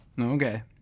Okay